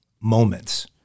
moments